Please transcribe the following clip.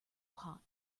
hot